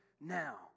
now